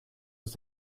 ist